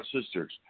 sisters